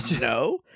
no